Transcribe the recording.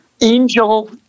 angel